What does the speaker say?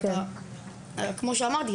כמו שאמרתי,